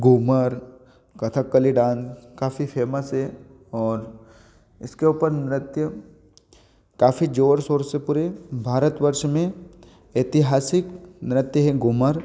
Ghoomar Kathakali dance काफ़ी famous हैं और इसके ऊपर नृत्य काफ़ी जोर शोर से पूरे भारत वर्ष में ऐतिहासिक नृत्य है घूमर